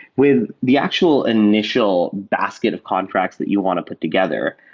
with the actual initial basket of contracts that you want to put together,